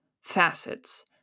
facets